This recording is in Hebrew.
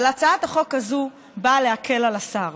אבל הצעת החוק הזו באה להקל על השר